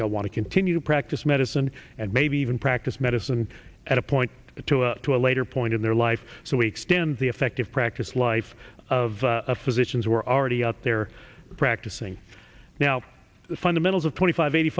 they'll want to continue to practice medicine and maybe even practice medicine at a point to a to a later point in their life so we extend the effective practice life of a physicians we're already out there practicing now the fundamentals of twenty five eighty